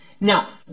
Now